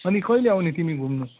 अनि कहिले आउने तिमी घुम्नु